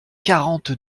quarante